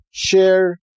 Share